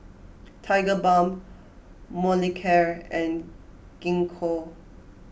Tigerbalm Molicare and Gingko